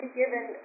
given